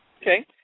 Okay